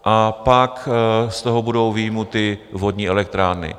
A pak z toho budou vyjmuty vodní elektrárny.